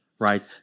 Right